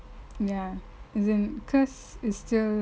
ya as in cause is still